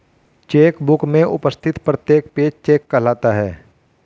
check book में उपस्थित प्रत्येक पेज चेक कहलाता है